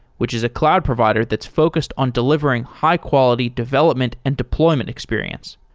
which is a cloud provider that's focused on delivering high quality development and deployment experience.